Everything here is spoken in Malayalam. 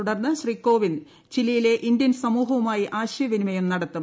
തുടർന്ന് ശ്രീ കോവിന്ദ് ചിലിയിലെ ഇന്ത്യൻ സമൂഹവുമായി ആശയവിനിമയം നടത്തും